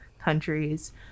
countries